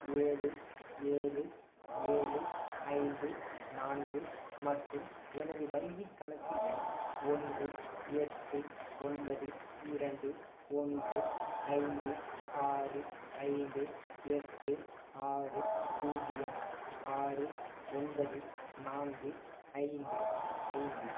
ஏழு ஏழு ஏழு ஐந்து நான்கு மற்றும் எனது வங்கிக் கணக்கு எண் ஒன்று எட்டு ஒன்பது இரண்டு ஒன்று ஐந்து ஆறு ஐந்து எட்டு ஆறு பூஜ்ஜியம் ஆறு ஒன்பது நான்கு ஐந்து ஐந்து